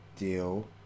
Deal